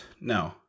No